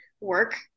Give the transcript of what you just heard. work